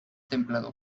templado